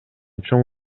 чоң